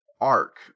arc